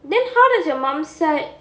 then how does your mum's side